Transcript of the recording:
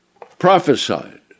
prophesied